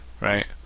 right